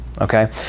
Okay